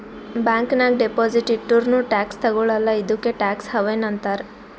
bank ನಾಗ್ deposit ಇಟ್ಟುರ್ನೂ tax ತಗೊಳಲ್ಲ ಇದ್ದುಕೆ ಟ್ಯಾಕ್ಸ್ ಹವೆನ್ ಅಂತಾರ್